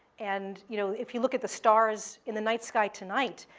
and you know if you look at the stars in the night sky tonight,